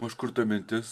o iš kur ta mintis